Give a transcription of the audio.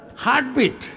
Heartbeat